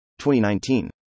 2019